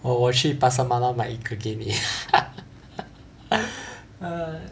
我我去 pasar malam 买一个给你